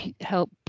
help